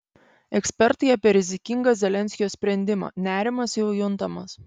ekspertai apie rizikingą zelenskio sprendimą nerimas jau juntamas